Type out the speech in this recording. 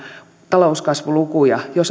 talouskasvulukuja jos